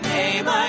name